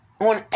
On